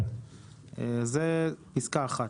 זה פסקה (1).